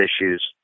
issues